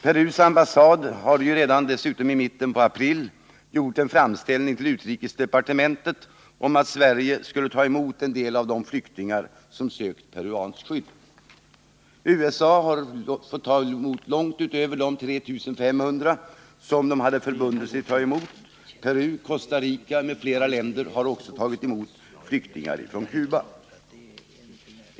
Perus ambassad i Stockholm har dessutom redan i mitten av april gjort en framställning till utrikesdepartementet om att Sverige skulle ta emot en del av de flyktingar som sökt peruanskt skydd. USA har fått ta emot långt utöver de 3 500 flyktingar som man förbundit sig att ta emot. Peru, Costa Rica m.fl. länder har också tagit emot flyktingar från Cuba.